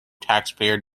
taxpayer